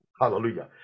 hallelujah